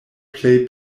plej